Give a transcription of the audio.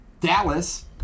Dallas